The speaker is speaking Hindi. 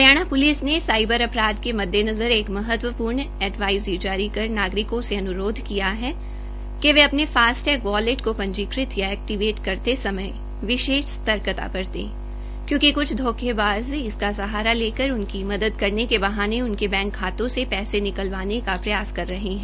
हरियाणा पुलिस ने साईबर अपराध के मद्देनज़र एक महत्वपूर्ण एडवाईजरी जारी कर नागरिकों से अन्ररोध किया है कि वे अपने फासटेग बालेट को पंजीकरण या एक्टीवेट करते समय विशेष सतर्कता बरते क्योंकि कुछ धोखेबाज़ इसका सहारा लेकर उनकी मदद के बहाने उनके बैंक खातों से पैसे निकालने का प्रयास कर सकते है